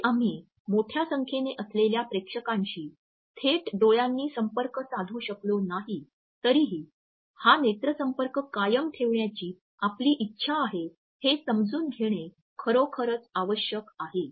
जरी आम्ही मोठ्या संख्येने असलेल्या प्रेक्षकांशी थेट डोळ्यांनी संपर्क साधू शकलो नाही तरीही हा नेत्रसंपर्क कायम ठेवण्याची आपली इच्छा आहे हे समजून घेणे खरोखरच आवश्यक आहे